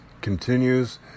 continues